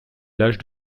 l’âge